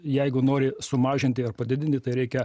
jeigu nori sumažinti ar padidinti tai reikia